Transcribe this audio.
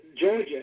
Georgia